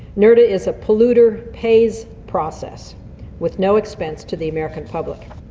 nrda is a polluter-pays process with no expense to the american public.